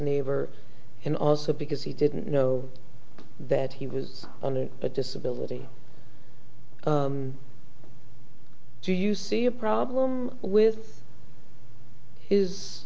neighbor and also because he didn't know that he was under a disability do you see a problem with his